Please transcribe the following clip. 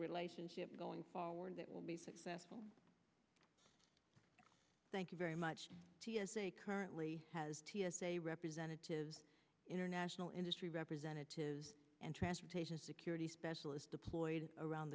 relationship going forward that will be successful thank you very much t s a currently has t s a representatives international industry representatives and transportation security specialists deployed around